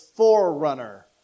forerunner